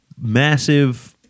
massive